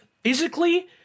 physically